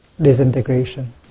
Disintegration